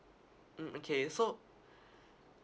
mm okay so